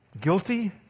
Guilty